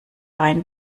rein